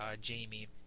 Jamie